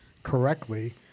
Correctly